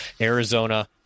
Arizona